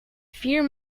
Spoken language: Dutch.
vier